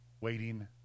waiting